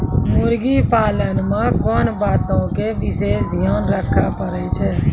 मुर्गी पालन मे कोंन बातो के विशेष ध्यान रखे पड़ै छै?